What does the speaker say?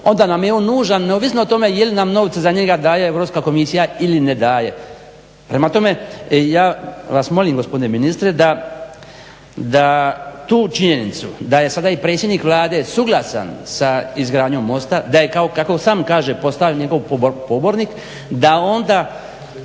onda nam je on nužan neovisno o tome jeli nam novce za njega daje EU komisija ili ne daje. Prema tome, ja vas molim gospodine ministre da tu činjenicu da je sada i predsjednik Vlade suglasan sa izgradnjom mosta da je kako sam kaže postao njegov pobornik da onda